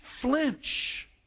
flinch